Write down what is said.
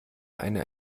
eine